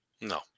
No